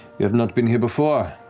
you have not been here before.